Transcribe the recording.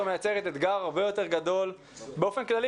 מייצרת אתגר הרבה יותר גדול באופן כללי,